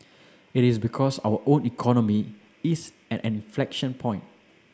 it is because our own economy is at an inflection point